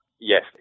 Yes